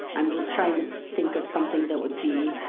i'm just tryin' to think of something that would be